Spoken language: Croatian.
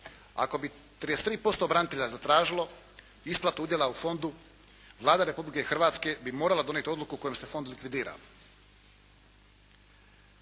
Ako bi 33% branitelja zatražilo isplatu udjela u fondu Vlada Republike Hrvatske bi morala donijeti odluku kojom se fond likvidira.